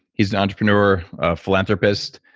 he's an entrepreneur, a philanthropist,